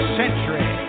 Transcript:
century